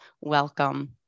Welcome